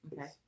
Okay